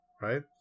right